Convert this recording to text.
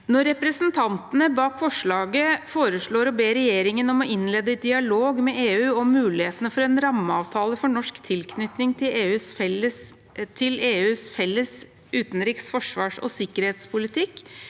Når representantene bak forslaget foreslår å be regjeringen om å innlede dialog med EU om mulighetene for en rammeavtale for norsk tilknytning til EUs felles utenriks-, forsvars- og sikkerhetspolitikk,